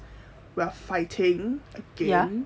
we're fighting again